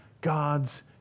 God's